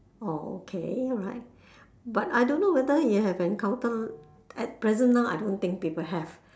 orh okay right but I don't know whether you have encountered at present now I don't think people have